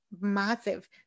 massive